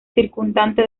circundante